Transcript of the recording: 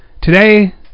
Today